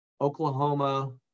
Oklahoma